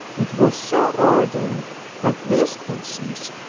it was so ordered that these persons,